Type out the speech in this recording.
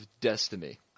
Destiny